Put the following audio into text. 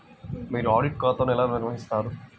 మీరు ఆడిట్ ఖాతాను ఎలా నిర్వహిస్తారు?